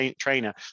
trainer